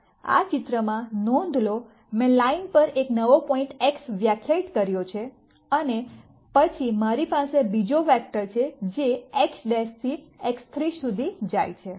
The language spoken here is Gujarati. આ ચિત્રમાં નોંધ લો મેં લાઈન પર એક નવો પોઇન્ટ X વ્યાખ્યાયિત કર્યો છે અને પછી મારી પાસે બીજો વેક્ટર છે જે X' થી X3 સુધી જાય છે